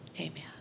amen